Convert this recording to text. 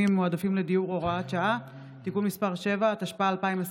מועדפים לדיור (הוראת שעה) (תיקון מס' 7),